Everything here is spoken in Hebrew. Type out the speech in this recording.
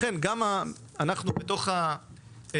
לכן גם אנחנו בתוך הממשלה,